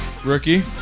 Rookie